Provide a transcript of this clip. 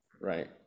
right